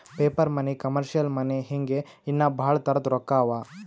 paper money, commercial money ಹಿಂಗೆ ಇನ್ನಾ ಭಾಳ್ ತರದ್ ರೊಕ್ಕಾ ಅವಾ